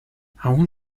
aún